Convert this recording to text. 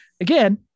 again